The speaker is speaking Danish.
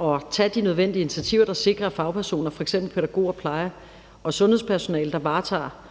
man tager de nødvendige initiativer, der sikrer, at fagpersoner, f.eks. pædagoger, pleje- og sundhedspersonale, der varetager